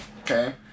Okay